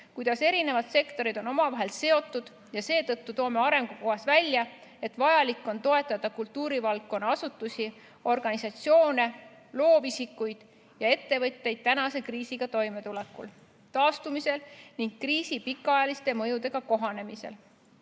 kuidas eri sektorid on omavahel seotud, ja seetõttu toome arengukavas välja, et vajalik on toetada kultuurivaldkonna asutusi, organisatsioone, loovisikuid ja ettevõtteid kriisiga toimetulekul, taastumisel ning kriisi pikaajaliste mõjudega kohanemisel.